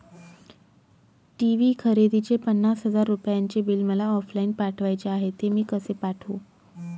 TV खरेदीचे पन्नास हजार रुपयांचे बिल मला ऑफलाईन पाठवायचे आहे, ते मी कसे पाठवू?